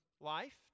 life